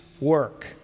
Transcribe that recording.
work